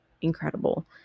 incredible